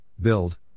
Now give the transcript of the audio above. build